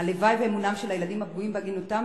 הלוואי ואמונם של הילדים הפגועים בהגינותם